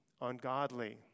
ungodly